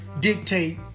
dictate